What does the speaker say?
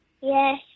Yes